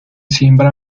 siembra